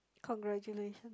congratulations